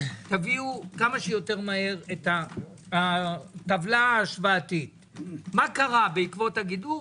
תביאו כמה שיותר מהר את הטבלה ההשוואתית מה קרה בעקבות הגידור,